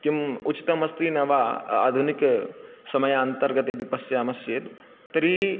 किम् उचितमस्ति न वा आधुनिकसमयान्तर्गते यदि पश्यामश्चेत् तर्हि